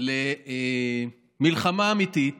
למלחמה אמיתית